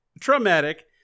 traumatic